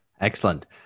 Excellent